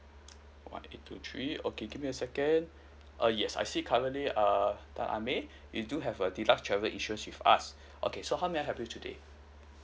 one eight two three okay give me a second uh yes I see currently err tan ah mei you do have a deluxe travel insurance with us okay so how may I help you today